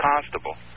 constable